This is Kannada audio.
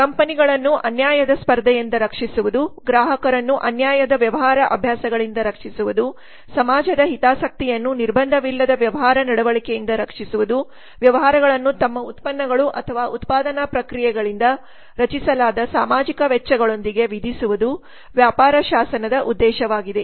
ಕಂಪನಿಗಳನ್ನು ಅನ್ಯಾಯದ ಸ್ಪರ್ಧೆಯಿಂದ ರಕ್ಷಿಸುವುದು ಗ್ರಾಹಕರನ್ನು ಅನ್ಯಾಯದ ವ್ಯವಹಾರ ಅಭ್ಯಾಸಗಳಿಂದ ರಕ್ಷಿಸುವುದು ಸಮಾಜದ ಹಿತಾಸಕ್ತಿಯನ್ನು ನಿರ್ಬಂಧವಿಲ್ಲದ ವ್ಯವಹಾರ ನಡವಳಿಕೆಯಿಂದ ರಕ್ಷಿಸುವುದು ವ್ಯವಹಾರಗಳನ್ನು ತಮ್ಮ ಉತ್ಪನ್ನಗಳು ಅಥವಾ ಉತ್ಪಾದನಾ ಪ್ರಕ್ರಿಯೆಗಳಿಂದ ರಚಿಸಲಾದ ಸಾಮಾಜಿಕ ವೆಚ್ಚಗಳೊಂದಿಗೆ ವಿಧಿಸುವುದು ವ್ಯಾಪಾರ ಶಾಸನದ ಉದ್ದೇಶವಾಗಿದೆ